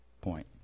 point